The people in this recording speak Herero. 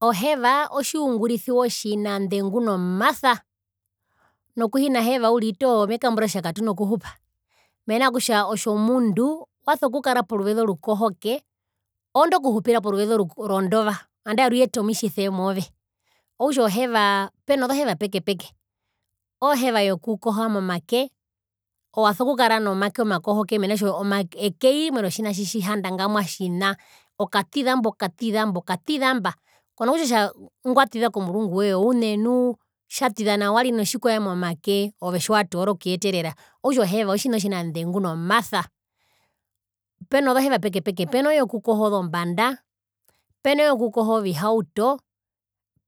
Oheva otjiungurisiwa otjinandengu nomasa nokuhena heva uriri toho mekambura kutja katuna kuhupa mena rokutja otjomundu waso kukara poruveze orukohoke orondu okuhupira poruveze orukoho rondova andae ruyeta omitjise move, okutja ohevaa peno zoheva peke peke oheva yokukoha momake ove waso kukara nomake omakohoke mena rokutja eke umwe rotjina tjitjihanda ngamwa otjina okatiza mba okatiza okatiza mba okatiza mba kona kutjiwa kutja ngwatiza komurunguwe oune nu tjatiza nao wari notjikae momake ove tjiwatoora okuyeterera okutja oheva otjina otjinandengu nomasa. Peno zoheva peke peke peno yokukoha ozombanda, peno yokukoha ovihauto